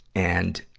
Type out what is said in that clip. and,